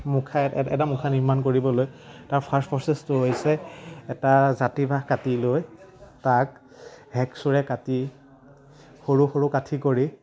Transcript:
মুখাই এটা মুখা নিৰ্মাণ কৰিবলৈ তাৰ ফাৰ্ষ্ট প্ৰচেছটো হৈছে এটা জাতিবাহ কাটি লৈ তাক হেকচোৰে কাটি সৰু সৰু কাঠি কৰি